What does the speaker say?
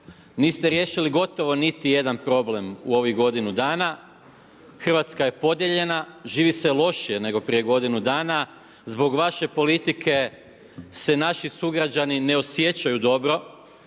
niste riješili gotovo niti jedan problem u ovih godinu dana, Hrvatska je podijeljena, živi se lošije nego prije godinu dana. zbog vaše politike se naši sugrađani ne osjećaju dobro,